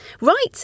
Right